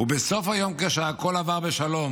בסוף היום, כשהכול עבר בשלום,